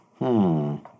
-hmm